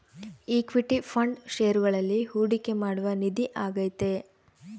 equity fund ಷೇರುಗಳಲ್ಲಿ ಹೂಡಿಕೆ ಮಾಡುವ ನಿಧಿ ಆಗೈತೆ